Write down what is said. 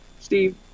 Steve